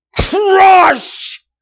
crush